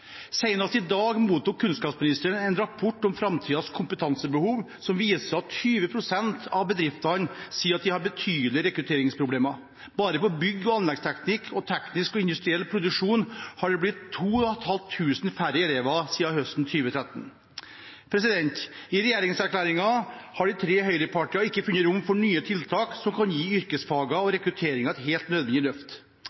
Senest i dag mottok kunnskapsministeren en rapport om framtidens kompetansebehov som viser at 20 pst. av bedriftene sier de har betydelige rekrutteringsproblemer. Bare på Bygg- og anleggsteknikk og Teknikk og industriell produksjon har det blitt 2 500 færre elever siden høsten 2013. I regjeringserklæringen har de tre høyrepartiene ikke funnet rom for nye tiltak som kan gi yrkesfagene og